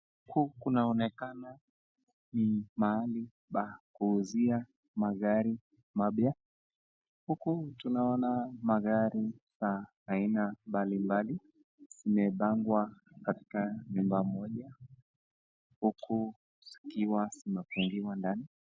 Huku kunaonekana ni mahali pa kuuzia magari mapya. Huku tunaona magari ya aina mbali mbali, zimepangwa katika nyumba moja, huku zikiwa zimefungiwa ndani.